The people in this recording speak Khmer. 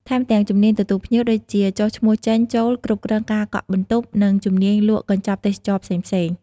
ថែមទាំង ជំនាញទទួលភ្ញៀវ ដូចជាចុះឈ្មោះចេញ-ចូល គ្រប់គ្រងការកក់បន្ទប់ និងជំនាញលក់កញ្ចប់ទេសចរណ៍ផ្សេងៗ។